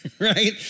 right